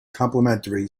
complementary